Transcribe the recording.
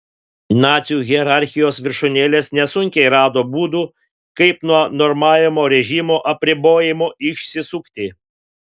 nacių hierarchijos viršūnėlės nesunkiai rado būdų kaip nuo normavimo režimo apribojimų išsisukti